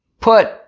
put